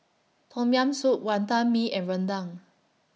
Tom Yam Soup Wantan Mee and Rendang